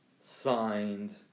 signed